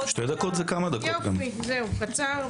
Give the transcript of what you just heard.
בבקשה.